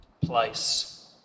place